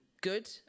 good